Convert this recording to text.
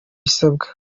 ibisabwa